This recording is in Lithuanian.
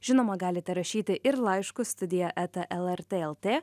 žinoma galite rašyti ir laiškus studija eta lrt lt